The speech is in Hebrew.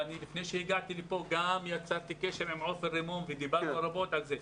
לפני שהגעתי לכאן יצרתי קשר עם עופר רימון ודיברנו על כך רבות.